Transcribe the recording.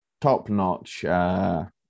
top-notch